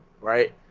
Right